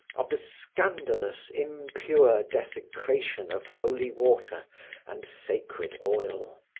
of the scandalous, impure desecration of holy water and sacred oil.